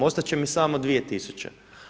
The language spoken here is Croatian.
Ostat će mi samo 2000.